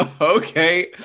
Okay